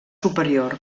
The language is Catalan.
superior